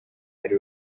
ari